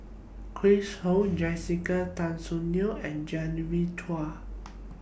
Chris Ho Jessica Tan Soon Neo and Genevieve Chua